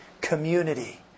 community